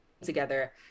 together